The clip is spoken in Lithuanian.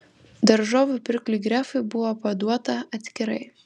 daržovių pirkliui grefui buvo paduota atskirai